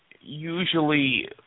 usually